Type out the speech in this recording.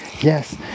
yes